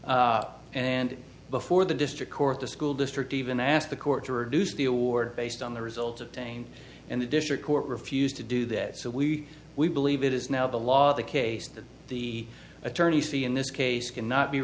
and before the district court the school district even asked the court to reduce the award based on the result of pain and the district court refused to do that so we we believe it is now the law the case that the attorneys see in this case cannot be